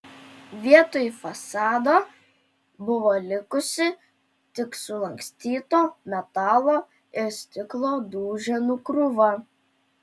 vietoj fasado buvo likusi tik sulankstyto metalo ir stiklo duženų krūva